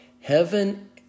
heaven